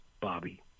Bobby